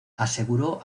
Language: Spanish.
aseguró